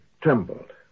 trembled